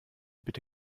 bitte